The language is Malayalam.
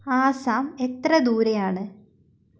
ആസ്സാം എത്ര ദൂരെയാണ്